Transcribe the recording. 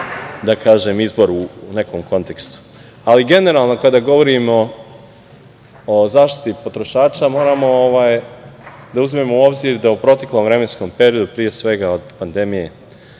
je i moj izbor u nekom kontekstu. Generalno, kada govorimo o zaštiti potrošača, moramo da uzmemo obzir da u proteklom vremenskom periodu, pre svega od pandemije